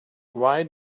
why